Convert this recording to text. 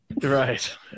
right